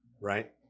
Right